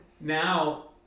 Now